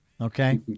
Okay